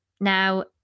now